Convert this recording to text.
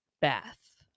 bath